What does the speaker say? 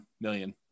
million